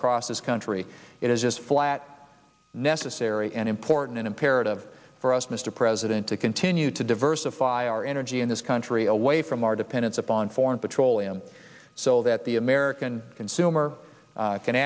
across this country it is just flat necessary and important an imperative for us mr president to continue to diversify our energy in this country away from our dependence upon foreign petroleum so that the american consumer